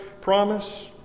promise